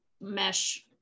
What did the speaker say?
mesh